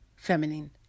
feminine